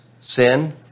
sin